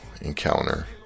encounter